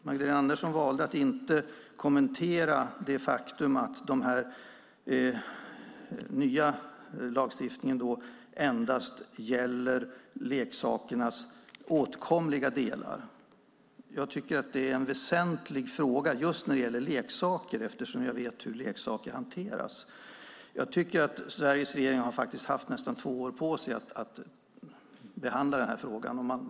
Magdalena Andersson valde att inte kommentera det faktum att den nya lagstiftningen endast gäller leksakernas åtkomliga delar. Jag tycker att det är en väsentlig fråga just när det gäller leksaker, eftersom jag vet hur leksaker hanteras. Sveriges regering har faktiskt haft nästan två år på sig att behandla den här frågan.